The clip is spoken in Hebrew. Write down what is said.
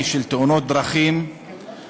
שלמעשה מאז 1948 נהרגו בתאונות הדרכים יותר